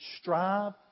strive